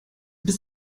bist